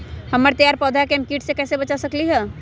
हमर तैयार पौधा के हम किट से कैसे बचा सकलि ह?